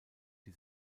die